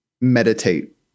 meditate